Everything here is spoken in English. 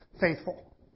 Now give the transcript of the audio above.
faithful